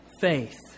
faith